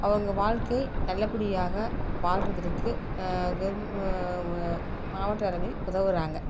அவங்க வாழ்க்கை நல்லபடியாக வாழ்வதற்கு மாவட்ட அளவில் உதவுகிறாங்க